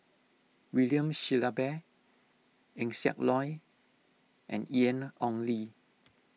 William Shellabear Eng Siak Loy and Ian Ong Li